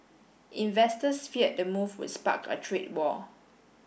investors feared the move would spark a trade war